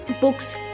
books